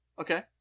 Okay